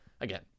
again